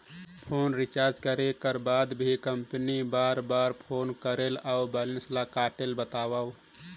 Phone recharge करे कर बाद भी कंपनी बार बार काबर फोन करेला और बैलेंस ल काटेल बतावव?